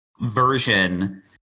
version